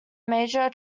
major